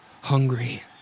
hungry